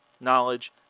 knowledge